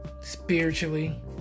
spiritually